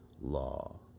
law